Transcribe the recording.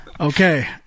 Okay